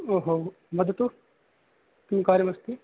ओहो वदतु किं कार्यमस्ति